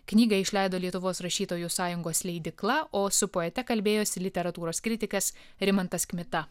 knygą išleido lietuvos rašytojų sąjungos leidykla o su poete kalbėjosi literatūros kritikas rimantas kmita